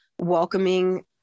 welcoming